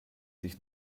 sich